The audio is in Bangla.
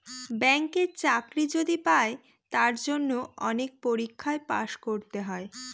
ব্যাঙ্কের চাকরি যদি পাই তার জন্য অনেক পরীক্ষায় পাস করতে হয়